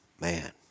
Man